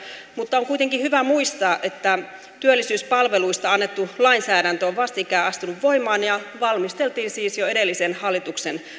mutta on kuitenkin hyvä muistaa että työllisyyspalveluista annettu lainsäädäntö on vastikään astunut voimaan ja valmisteltiin siis jo edellisen hallituksen